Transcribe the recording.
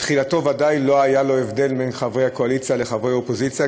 בתחילתו ודאי לא היה הבדל בין חברי הקואליציה לחברי אופוזיציה,